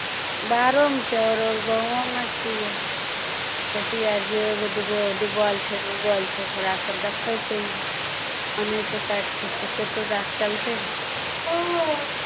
बाहरोमे छै आओरो गाँवोमे छै खेती आर जे एगो दूगो डूबल छै उगल छै ओकरा सभ देखैत छै आनैत छै काटि कुटि कऽ एको साँझ चलतै ने